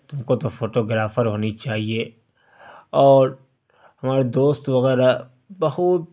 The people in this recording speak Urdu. تم کو تو فوٹو گرافر ہونی چاہیے اور ہمارے دوست وغیرہ بہت